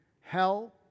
hell